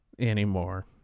anymore